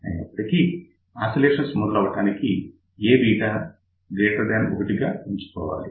అయినప్పటికీ ఆసిలేషన్స్ మొదలవటానికి Aβ 1 ఎంచుకోవాలి